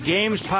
Games